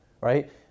right